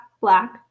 black